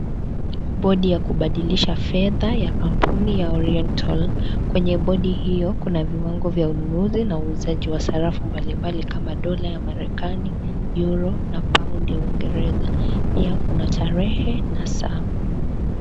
Bodi ya kubadilisha fedha ya kampuni ya Oriental. Kwenye bodi hiyo kuna viwango vya ununuzi na uuzaji wa sarafu mbalimbali kama dola ya Amerikani, Euro na pauni ya uingereza. Pia kuna tarehe na saa.